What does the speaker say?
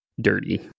dirty